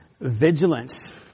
vigilance